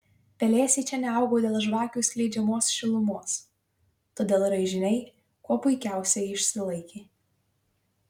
pelėsiai čia neaugo dėl žvakių skleidžiamos šilumos todėl raižiniai kuo puikiausiai išsilaikė